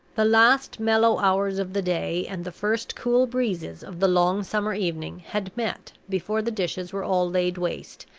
the last mellow hours of the day and the first cool breezes of the long summer evening had met before the dishes were all laid waste,